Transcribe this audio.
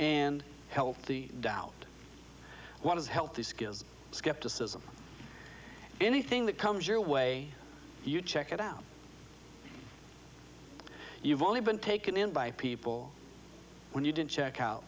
and help the doubt what is healthy skin skepticism anything that comes your way you check it out you've only been taken in by people when you didn't check out